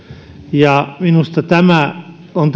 ja minusta tämä on